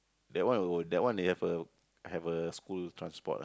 that one will that one have a have a school transport ah